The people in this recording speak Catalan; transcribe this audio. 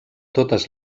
totes